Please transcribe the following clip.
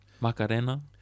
macarena